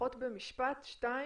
לפחות במשפט-שניים,